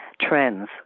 trends